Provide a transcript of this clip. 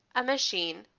a machine,